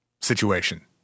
situation